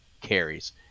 carries